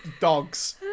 Dogs